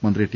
മന്ത്രി ടി